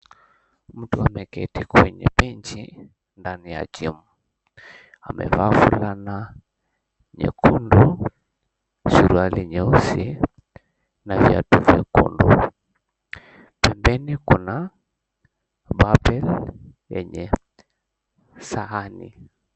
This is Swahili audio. Mtu ameketi kwenye benchi ndani ya gym . Amevaa fulana nyekundu, suruali nyeusi na viatu vyekundu, pembeni kuna barrel yenye sahani.